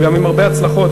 וגם עם הרבה הצלחות.